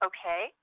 Okay